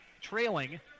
trailing